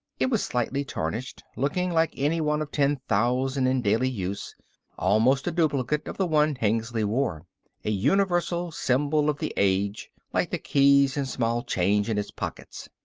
it was slightly tarnished, looking like any one of ten thousand in daily use almost a duplicate of the one hengly wore. a universal symbol of the age, like the keys and small change in his pockets.